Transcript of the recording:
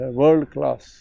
world-class